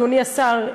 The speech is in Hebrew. אדוני השר,